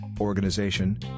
organization